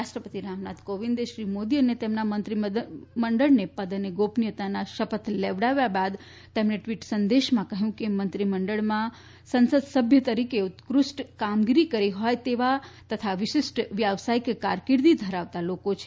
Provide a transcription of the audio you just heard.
રાષ્ટ્રપતિ રામનાથ કોવિંદે શ્રી મોદી અને તેમના મંત્રીમંડળને પદ અને ગોપનીયતાના શપથ લેવડાવ્યા બાદ તેમણે ટ્વીટ સંદેશમાં કહ્યું કે મંત્રીમંડળમાં સંસદસભ્ય તરીકે ઉત્કૃષ્ટ કામગીરી કરી હોય તેવા તથા વિશિષ્ટ વ્યાવસાથીક કારકિર્દી ધરાવતા લોકો છે